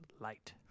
light